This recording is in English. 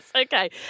okay